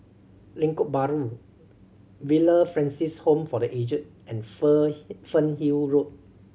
Lengkok Bahru Villa Francis Home for The Aged and Fernhill Road